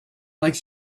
likes